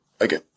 okay